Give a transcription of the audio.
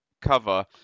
cover